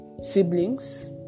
siblings